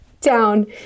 down